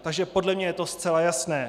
Takže podle mě je to zcela jasné.